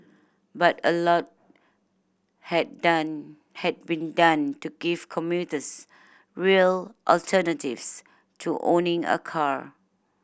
but a lot had done had been done to give commuters real alternatives to owning a car